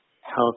health